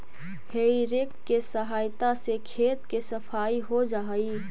हेइ rake के सहायता से खेत के सफाई हो जा हई